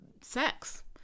sex